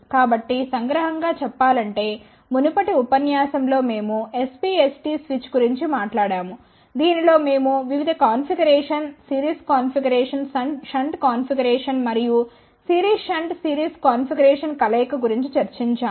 కాబట్టి సంగ్రహం గా చెప్పాలంటే మునుపటి ఉపన్యాసం లో మేము SPST స్విచ్ గురించి మాట్లాడాము దీనిలో మేము వివిధ configuration series configuration shunt configuration మరియు సిరీస్ షంట్ సిరీస్ కాన్ఫిగరేషన్ కలయిక గురించి చర్చించాము